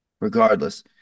regardless